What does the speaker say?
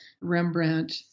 Rembrandt